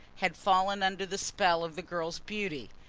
had fallen under the spell of the girl's beauty,